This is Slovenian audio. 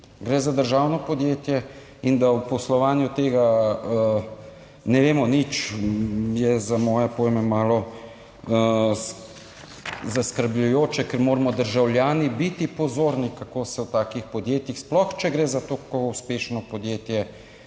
gre za državno podjetje in da o poslovanju tega ne vemo nič, je za moje pojme malo zaskrbljujoče, ker moramo državljani biti pozorni kako se v takih podjetjih, sploh če gre za tako uspešno podjetje,